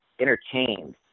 entertained